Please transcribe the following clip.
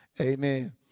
Amen